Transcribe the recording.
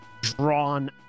drawn